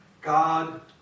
God